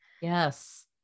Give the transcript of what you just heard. Yes